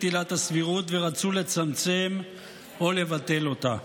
עילת הסבירות ורצו לצמצם או לבטל אותה.